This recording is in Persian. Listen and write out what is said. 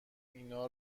اینا